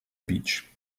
beach